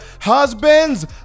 husbands